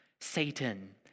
Satan